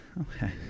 Okay